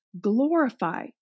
Glorify